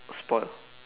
spoilt